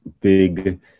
big